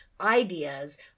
ideas